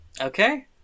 Okay